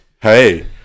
hey